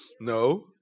No